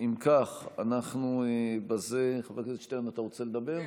אם כך, אנחנו בזה, חבר הכנסת שטרן, אתה רוצה לדבר?